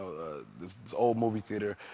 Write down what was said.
the old movie theater,